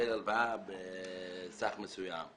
בסך מסוים.